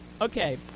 Okay